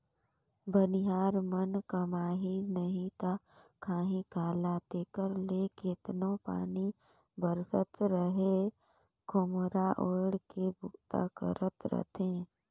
बनिहार मन कमाही नही ता खाही काला तेकर ले केतनो पानी बरसत रहें खोम्हरा ओएढ़ के बूता करत रहथे